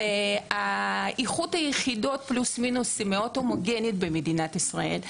ואיכות היחידות פלוס מינוס מאוד הומוגני במדינת ישראל.